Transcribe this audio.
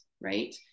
right